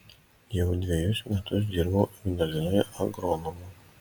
jau dvejus metus dirbau ignalinoje agronomu